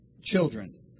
children